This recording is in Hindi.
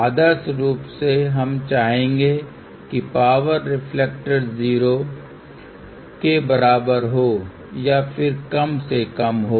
आदर्श रूप से हम चाहेंगे कि पावर रिफ्लेक्टर जीरो के बराबर हो या फिर कम से कम हो